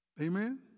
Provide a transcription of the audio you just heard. Amen